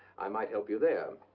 i might help you there.